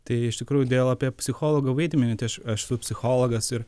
tai iš tikrųjų dėl apie psichologo vaidmenį tai aš aš esu psichologas ir